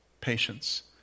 patience